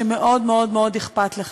שמאוד מאוד מאוד אכפת לך.